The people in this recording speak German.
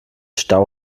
stau